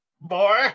boy